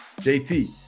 jt